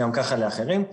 גם ככה לאחרים.